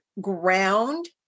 ground